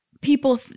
people